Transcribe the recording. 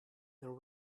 there